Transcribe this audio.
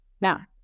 Now